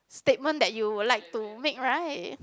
statement that you would like to make right